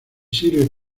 sirve